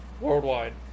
worldwide